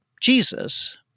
Jesus